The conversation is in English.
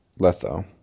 Letho